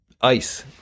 ice